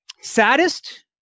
saddest